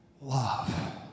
Love